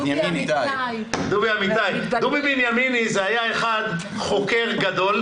דובי בנימיני היה חוקר גדול,